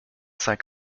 cinq